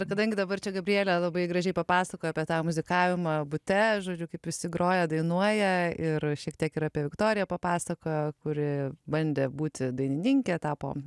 ir kadangi dabar čia gabrielė labai gražiai papasakojo apie tą muzikavimą bute žodžiu kaip visi groja dainuoja ir šiek tiek yra apie viktoriją papasakojo kuri bandė būti dainininkė tapo